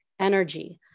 energy